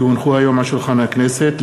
כי הונחו היום על שולחן הכנסת,